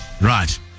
Right